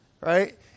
right